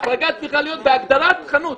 ההחרגה צריכה להיות בהגדרת חנות.